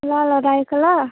ल ल राखेको ल